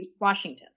Washington